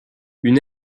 une